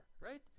right